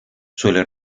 suele